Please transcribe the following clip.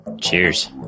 Cheers